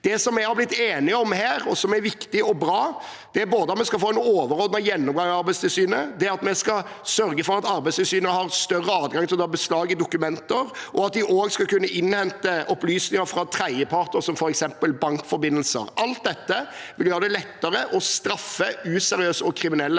Det vi har blitt enige om her, og som er viktig og bra, er både at vi skal få en overordnet gjennomgang av Arbeidstilsynet, at vi skal sørge for at Arbeidstilsynet har større adgang til å ta beslag i dokumenter, og at de også skal kunne innhente opplysninger fra tredjepart, f.eks. bankforbindelser. Alt dette vil gjøre det lettere å straffe useriøse og kriminelle